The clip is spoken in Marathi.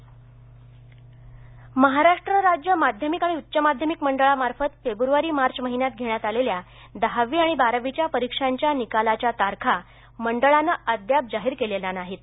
निकाल महाराष्ट्र राज्य माध्यमिक आणि उच्च माध्यमिक मंडळामार्फत फेब्रुवारी मार्च महिन्यात घेण्यात आलेल्या दहावी आणि बारावीच्या परीक्षांच्या निकालाच्या तारखा मंडळाने अद्याप जाहीर केलेल्या नाहीत